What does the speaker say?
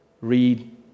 read